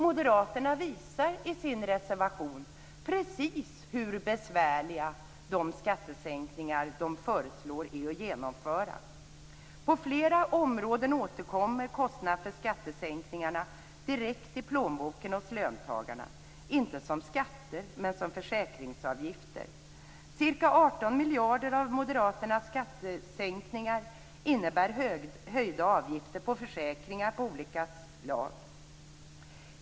Moderaterna visar i sin reservation precis hur besvärliga de skattesänkningar de föreslår är att genomföra. På flera områden återkommer kostnaderna för skattesänkningarna direkt i plånboken hos löntagarna - inte som skatter, men som försäkringsavgifter. Ca 18 miljarder av Moderaternas föreslagna skattesänkningar innebär höjda avgifter på försäkringar av olika slag.